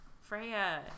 Freya